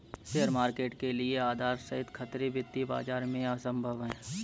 share market के लिये आधार रहित खतरे वित्तीय बाजार में असम्भव हैं